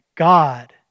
God